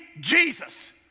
Jesus